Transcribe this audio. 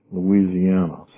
Louisiana